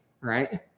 Right